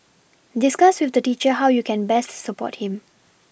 discuss with the teacher how you can best support him